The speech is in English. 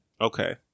Okay